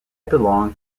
belong